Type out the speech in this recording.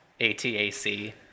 atac